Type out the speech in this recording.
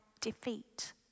defeat